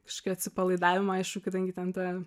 kažkokiu atsipalaidavimu aišku kadangi ten ta